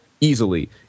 easily